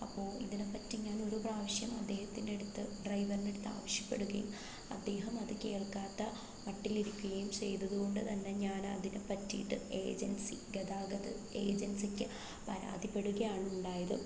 അപ്പോൾ ഇതിനെപ്പറ്റി ഞാൻ ഒരു പ്രാവശ്യം അദ്ദേഹത്തിൻ്റെ അടുത്ത് ഡ്രൈവറിൻ്റെ അടുത്ത് ആവശ്യപ്പെടുകയും അദ്ദേഹം അത് കേൾക്കാത്ത മട്ടിൽ ഇരിക്കുകയും ചെയ്ത തു കൊണ്ടു തന്നെ ഞാൻ അതിനെ ഇപ്പം ജൻസി ഗതാഗത ഏജൻസിയ്ക്ക് പരാതിപ്പെടുകയാണ് ഉണ്ടായത്